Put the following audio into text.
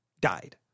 died